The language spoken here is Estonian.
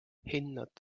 hinnad